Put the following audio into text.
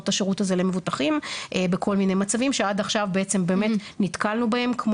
את השירות הזה למבוטחים בכל מיני מצבים שעד עכשיו בעצם באמת נתקלנו בהם.